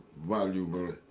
valuable,